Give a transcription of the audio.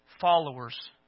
Followers